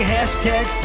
Hashtag